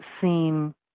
seem